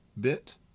bit